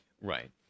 Right